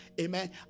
amen